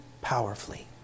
powerfully